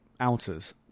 ounces